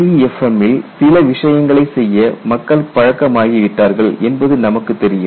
LEFM ல் சில விஷயங்களைச் செய்ய மக்கள் பழக்கமாகிவிட்டார்கள் என்பது நமக்குத் தெரியும்